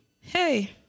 Hey